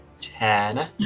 ten